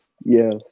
Yes